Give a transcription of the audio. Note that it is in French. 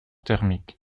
thermique